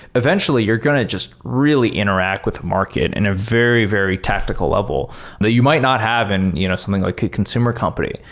eventually you're going to just really interact with the market in and a very, very tactical level that you might not have in you know something like a consumer company.